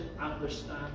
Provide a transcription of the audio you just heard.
understand